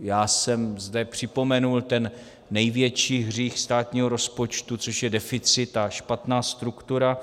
Já jsem zde připomenul ten největší hřích státního rozpočtu, což je deficit a špatná struktura.